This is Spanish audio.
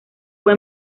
fue